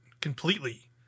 completely